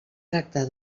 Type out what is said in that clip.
tracta